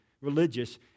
religious